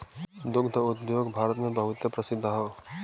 दुग्ध उद्योग भारत मे बहुते प्रसिद्ध हौ